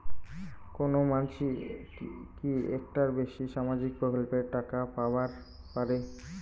কোনো মানসি কি একটার বেশি সামাজিক প্রকল্পের টাকা পাবার পারে?